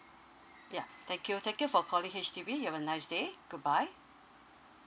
ya thank you thank you for calling H_D_B you have a nice day goodbye